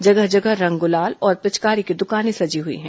जगह जगह रंग गुलाल और पिचकारी की दुकानें सजी हुई हैं